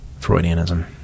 freudianism